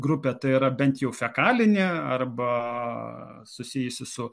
grupę tai yra bent jau fekalinė arba susijusi su